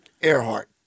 Earhart